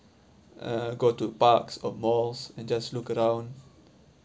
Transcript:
uh go to parks or malls and just look around